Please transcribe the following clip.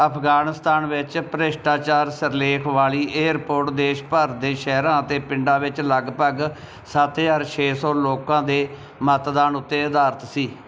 ਅਫਗਾਨਿਸਤਾਨ ਵਿੱਚ ਭ੍ਰਿਸ਼ਟਾਚਾਰ ਸਿਰਲੇਖ ਵਾਲੀ ਇਹ ਰਿਪੋਰਟ ਦੇਸ਼ ਭਰ ਦੇ ਸ਼ਹਿਰਾਂ ਅਤੇ ਪਿੰਡਾਂ ਵਿੱਚ ਲਗਭਗ ਸੱਤ ਹਜ਼ਾਰ ਛੇ ਸੌ ਲੋਕਾਂ ਦੇ ਮਤਦਾਨ ਉੱਤੇ ਅਧਾਰਤ ਸੀ